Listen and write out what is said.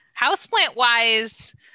Houseplant-wise